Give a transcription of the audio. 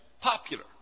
Popular